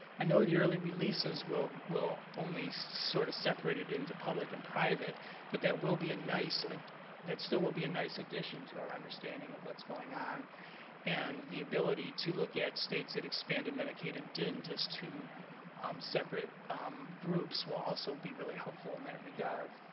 i know the early releases will will only sort of separate it into public and private but that will be a nice and that still will be a nice addition to our understanding of what's going on and the ability to look at states that expand in medicaid and didn't just to um separate groups will also be really helpful in and that regard.